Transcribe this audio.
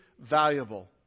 valuable